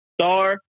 Star